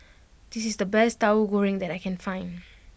this is the best Tauhu Goreng that I can find